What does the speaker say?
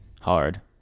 Hard